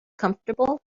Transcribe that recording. comfortable